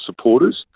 supporters